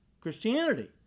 christianity